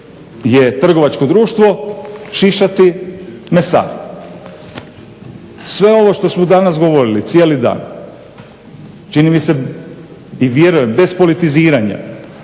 je trgovačko društvo šišati mesar. Sve ovo što smo danas govorili cijeli dan čini mi se i vjerujem bez politiziranja